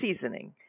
seasoning